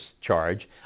charge